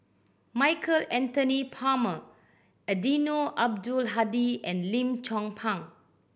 Michael Anthony Palmer Eddino Abdul Hadi and Lim Chong Pang